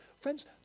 Friends